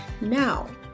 Now